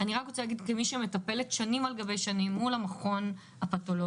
כמי שמטפלת שנים על גבי שנים אל מול המכון הפתולוגי,